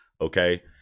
okay